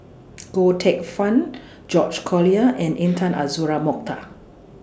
Goh Teck Phuan George Collyer and Intan Azura Mokhtar